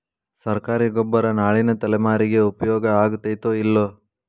ಸರ್ಕಾರಿ ಗೊಬ್ಬರ ನಾಳಿನ ತಲೆಮಾರಿಗೆ ಉಪಯೋಗ ಆಗತೈತೋ, ಇಲ್ಲೋ?